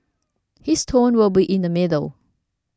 his tone will be in the middle